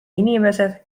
inimesed